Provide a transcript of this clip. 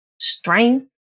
strength